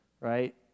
right